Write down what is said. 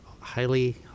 highly